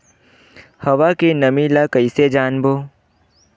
हवा के नमी ल कइसे जानबो?